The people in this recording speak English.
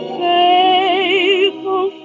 faithful